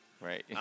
Right